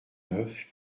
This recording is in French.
neuf